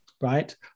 right